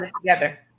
together